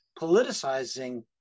politicizing